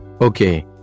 Okay